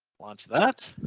launch that.